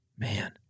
Man